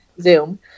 Zoom